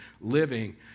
living